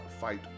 fight